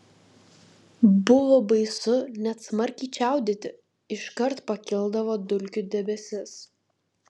buvo baisu net smarkiai čiaudėti iškart pakildavo dulkių debesis